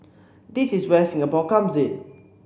this is where Singapore comes in